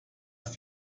ist